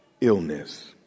illness